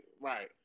Right